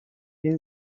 این